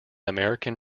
american